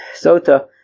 sota